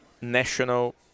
national